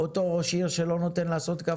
אותו ראש עיר שלא נותן לעשות קו.